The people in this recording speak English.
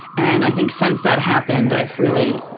and i think since that happened, i've really,